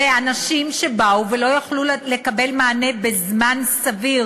ואנשים שבאו ולא יכלו לקבל מענה בזמן סביר